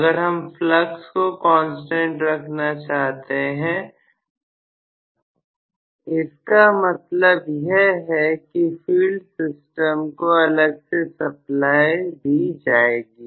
अगर हम फ्लक्स को कांस्टेंट रखना चाहते हैं इस यह कि फील्ड सिस्टम को अलग से सप्लाई दी जाएगी